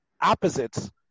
opposites